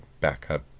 backup